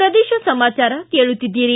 ಪ್ರದೇಶ ಸಮಾಚಾರ ಕೇಳುತ್ತಿದ್ದೀರಿ